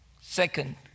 Second